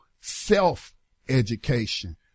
self-education